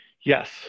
Yes